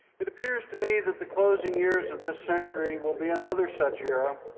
it appears to me that the closing years of this century will be another such era,